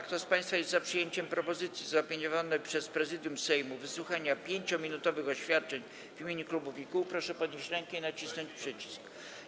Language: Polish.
Kto z państwa jest za przyjęciem propozycji zaopiniowanej przez Prezydium Sejmu wysłuchania 5-minutowych oświadczeń w imieniu klubów i kół, proszę podnieść rękę i nacisnąć przycisk.